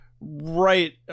right